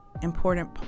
important